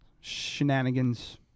shenanigans